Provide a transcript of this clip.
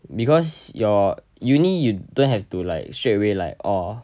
because your uni you don't have to like straightaway like orh